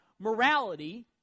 Morality